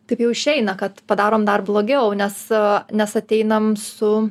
taip jau išeina kad padarom dar blogiau nes nes ateinam su